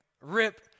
rip